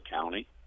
county